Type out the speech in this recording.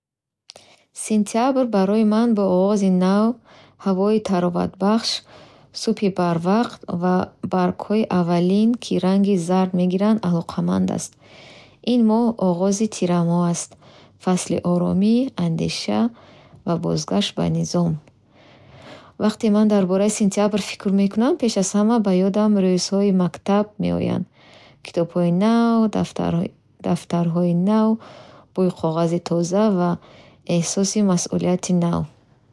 Сентябр барои ман бо оғози нав, ҳавои тароватбахши субҳи барвақт ва баргҳои аввалин, ки ранги зард мегиранд, алоқаманд аст. Ин моҳ оғози тирамоҳ аст. Фасли оромӣ, андеша ва бозгашт ба низом. Вақте ман дар бораи сентябр фикр мекунам, пеш аз ҳама ба ёдам рӯзҳои мактаб меояд: китобҳои нав, дафтар... дафтарҳои нав, бӯйи коғази тоза ва эҳсоси масъулияти нав.